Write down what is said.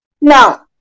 Now